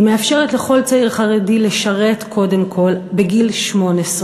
היא מאפשרת לכל צעיר חרדי לשרת קודם כול בגיל 18,